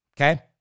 okay